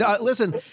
Listen